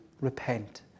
repent